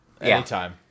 Anytime